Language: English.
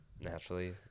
Naturally